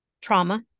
trauma